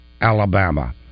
Alabama